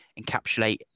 encapsulate